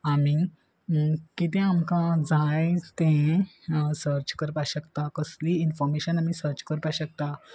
आमी कितें आमकां जाय तें सर्च करपाक शकता कसलीय इनफोमेशन आमी सर्च करपाक शकता